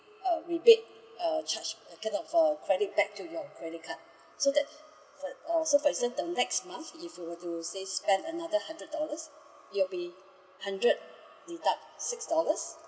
uh rebate uh charge kind of uh credit back to your credit card so that that uh so for example the next month if you were to say spend another hundred dollar it will be hundred deduct six dollars